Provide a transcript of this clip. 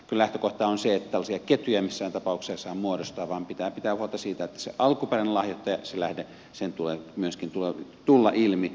kyllä lähtökohta on se että tällaisia ketjuja missään tapauksessa ei saa muodostaa vaan pitää pitää huolta siitä että sen alkuperäisen lahjoittajan sen lähteen tulee myöskin tulla ilmi